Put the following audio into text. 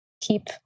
keep